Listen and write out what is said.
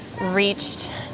reached